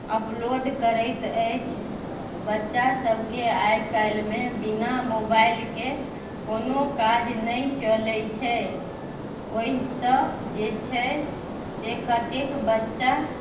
upload करैत अछि बच्चा सबके आइ काल्हिमे बिना मोबाइलके कोनो काज नहि चलय छै ओइसँ जे छै से कतेक बच्चा